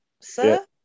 Sir